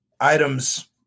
items